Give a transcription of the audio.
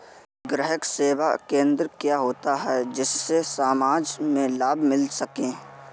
ग्राहक सेवा केंद्र क्या होता है जिससे समाज में लाभ मिल सके?